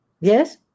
Yes